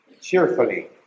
cheerfully